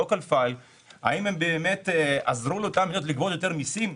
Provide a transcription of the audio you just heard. local fileהאם הן באמת עזרו לאותן מדינות לגבות יותר מיסים?